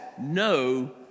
no